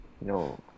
no